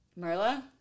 Marla